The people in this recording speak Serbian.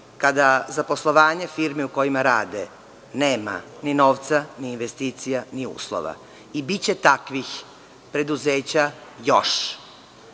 kada za poslovanje firmi u kojima rade nema ni novca, ni investicija, ni uslova. Biće takvih preduzeća još,